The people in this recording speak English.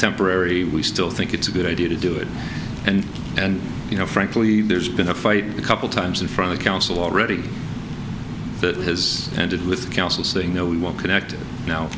temporary we still think it's a good idea to do it and and you know frankly there's been a fight a couple times and from the council already has ended with council saying no we want connected now